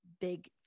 big